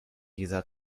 dieser